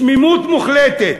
שיממון מוחלט,